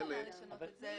אין כוונה לשנות את זה.